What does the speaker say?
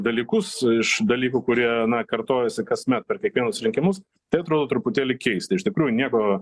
dalykus iš dalykų kurie kartojasi kasmet per kiekvienus rinkimus tai atrodo truputėlį keista iš tikrųjų nieko